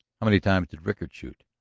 how many times did rickard shoot?